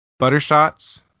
buttershots